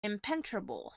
impenetrable